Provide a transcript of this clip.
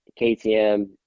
KTM